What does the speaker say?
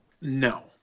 No